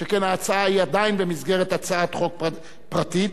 שכן ההצעה היא עדיין במסגרת הצעת חוק פרטית.